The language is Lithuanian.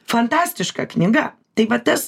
fantastiška knyga taip tai vat tas